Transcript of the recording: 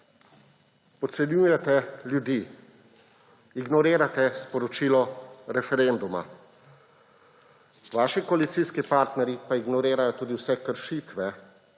podcenjujete ljudi. Ignorirate sporočilo referenduma. Vaši koalicijski partnerji pa ignorirajo tudi vse kršitve,